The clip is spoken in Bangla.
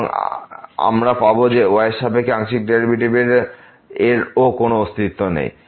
এবং আমরা পাবো যে y এর সাপেক্ষে আংশিক ডেরিভেটিভ এর ও কোনো অস্তিত্ব নেই